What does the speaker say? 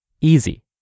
easy